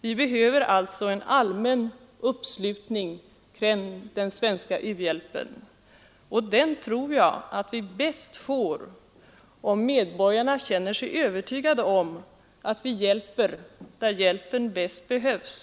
Vi behöver en allmän uppslutning kring den svenska u-hjälpen, och den tror jag att vi bäst får, om medborgarna känner sig övertygade om att vi hjälper där hjälpen bäst behövs.